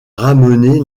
ramener